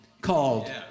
called